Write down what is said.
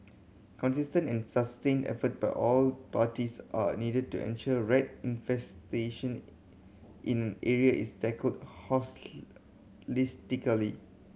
consistent and sustained effort by all parties are needed to ensure rat infestation in area is tackled